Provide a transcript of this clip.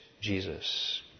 Jesus